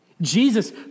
Jesus